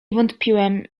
wątpiłem